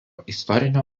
istorinio